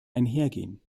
einhergehen